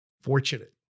fortunate